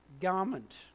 garment